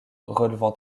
relevant